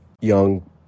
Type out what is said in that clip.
young